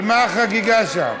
על מה החגיגה שם?